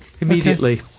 immediately